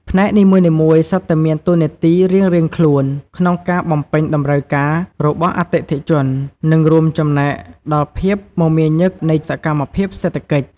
ផ្នែកនីមួយៗសុទ្ធតែមានតួនាទីរៀងៗខ្លួនក្នុងការបំពេញតម្រូវការរបស់អតិថិជន និងរួមចំណែកដល់ភាពមមាញឹកនៃសកម្មភាពសេដ្ឋកិច្ច។